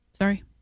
Sorry